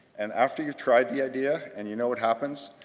and after you've tried the idea and you know what happens,